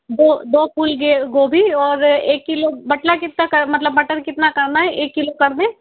दो दो फूल गोबी और एक किलो बटला मतलब मटर कितना करना है एक किलो कर दें